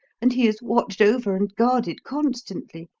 and he is watched over and guarded constantly.